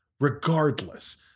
Regardless